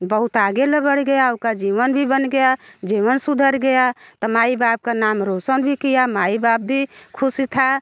बहुत आगे बढ़ गया उसका जीवन भी बन गया जीवन सुधर गया तो माई बाप का नाम रोसन भी किया माँ बाप भी ख़ुश थे